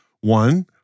One